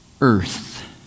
earth